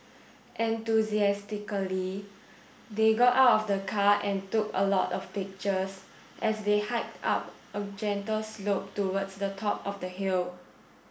enthusiastically they got out of the car and took a lot of pictures as they hiked up a gentle slope towards the top of the hill